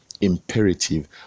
imperative